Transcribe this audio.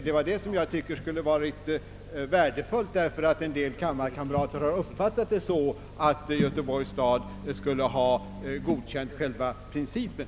Det var det som jag tycker skulle ha varit värdefullt, därför att en del kammarkamrater har uppfattat det så, att Göteborgs stad skulle ha godkänt själva principen.